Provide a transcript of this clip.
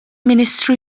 ministru